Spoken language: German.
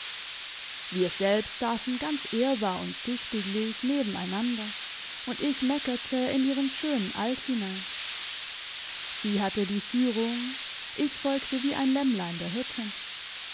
wir selbst sassen ganz ehrbar und züchtiglich neben einander und ich meckerte in ihren schönen alt hinein sie hatte die führung ich folgte wie ein lämmlein der hirtin